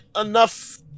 enough